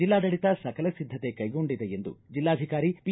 ಜಿಲ್ಲಾಡಳಿತ ಸಕಲ ಸಿದ್ದತೆ ಕೈಗೊಂಡಿದೆ ಎಂದು ಜಿಲ್ಲಾಧಿಕಾರಿ ಪಿ